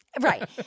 Right